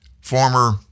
former